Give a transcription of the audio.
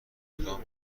کدام